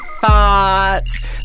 thoughts